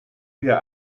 wir